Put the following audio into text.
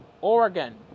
Oregon